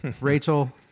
Rachel